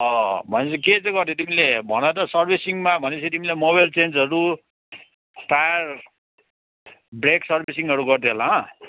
भनेपछि के चाहिँ गऱ्यौ तिमीले भन त सर्भिसिङमा भनेपछि तिमीलाई मोबिल चेन्जहरू टायर ब्रेक सर्भिसिङहरू गर्थ्यौ होला